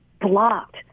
blocked